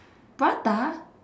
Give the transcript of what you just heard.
prata